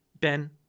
Ben